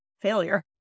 Failure